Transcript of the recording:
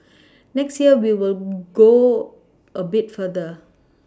next year we will go a bit further